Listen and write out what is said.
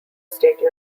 state